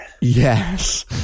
yes